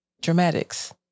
Dramatics